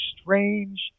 strange